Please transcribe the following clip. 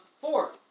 four